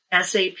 SAP